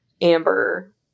amber